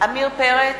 עמיר פרץ,